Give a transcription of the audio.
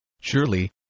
Surely